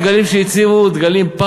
הדגלים שהציבו הם דגלים,